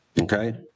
okay